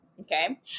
okay